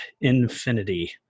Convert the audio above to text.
infinity